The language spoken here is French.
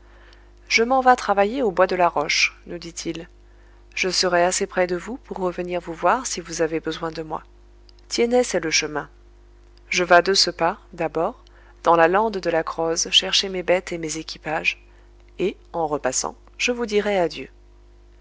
je m'en vas travailler au bois de la roche nous dit-il je serai assez près de vous pour revenir vous voir si vous avez besoin de moi tiennet sait le chemin je vas de ce pas d'abord dans la lande de la croze chercher mes bêtes et mes équipages et en repassant je vous dirai adieu